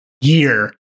year